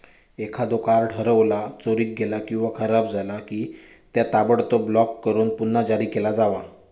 एखादो कार्ड हरवला, चोरीक गेला किंवा खराब झाला की, त्या ताबडतोब ब्लॉक करून पुन्हा जारी केला जावा